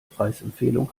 preisempfehlung